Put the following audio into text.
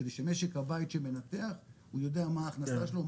כדי שמשק הבית שמנתח הוא יודע מה ההכנסה שלו,